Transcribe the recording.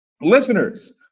Listeners